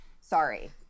Sorry